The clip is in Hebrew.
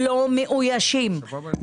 יש לנו שירותים לאורך כל הרצף.